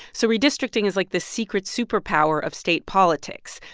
so redistricting is like this secret superpower of state politics.